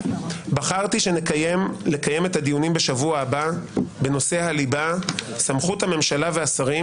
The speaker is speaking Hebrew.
בחרתי לקיים את הדיונים בשבוע הבא בנושא הליבה סמכות הממשלה והשרים